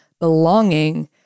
belonging